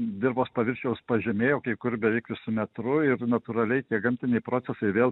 dirvos paviršiaus pažemėjo kai kur beveik visu metru ir natūraliai tiek gamtiniai procesai vėl